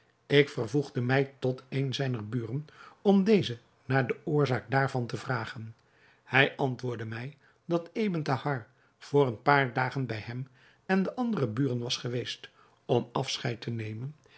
ik vervoegde mij tot een zijner buren om dezen naar de oorzaak daarvan te vragen hij antwoordde mij dat ebn thahar voor een paar dagen bij hem en de andere buren was geweest om afscheid te nemen